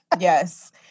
Yes